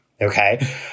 Okay